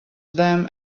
them